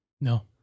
No